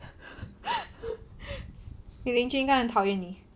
你邻居应该很讨厌你